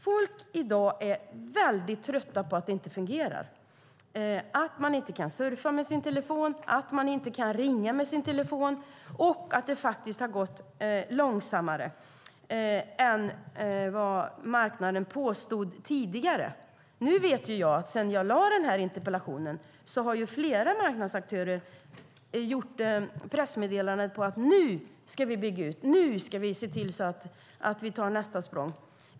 Folk i dag är väldigt trötta på att det inte fungerar - att man inte kan surfa och ringa med sin telefon och att det faktiskt har gått långsammare än vad marknaden påstod tidigare. Nu vet jag att flera marknadsaktörer har släppt pressmeddelanden om att de ska bygga ut och se till att vi tar nästa språng sedan jag ställde interpellationen.